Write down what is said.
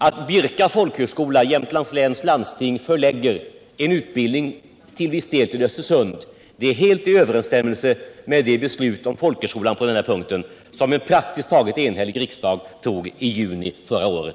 Att Jämtlands läns landsting till viss del förlägger folkhögskoleutbildning till Östersund är helt i överensstämmelse med det beslut om folkhögskolan som en praktiskt taget enhällig riksdag fattade i juni förra året.